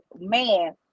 man